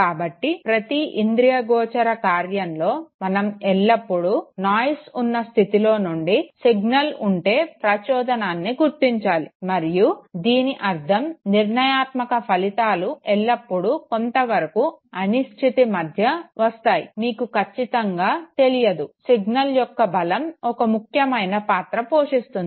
కాబట్టి ప్రతి ఇంద్రియగోచర కార్యంలో మనం ఎల్లప్పుడూ నాయిస్ ఉన్న స్థితిలో నుండి సిగ్నల్ అంటే ప్రచోదనాన్ని గుర్తించాలి మరియు దీని అర్ధం నిర్ణయాత్మక ఫలితాలు ఎల్లప్పుడూ కొంతవరకు అనిశ్చితి మధ్య వస్తాయి మీకు ఖచ్చితంగా తెలియదు సిగ్నల్ యొక్క బలం ఒక ముఖ్యమైన పాత్ర పోషిస్తుంది